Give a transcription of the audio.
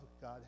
God